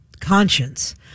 conscience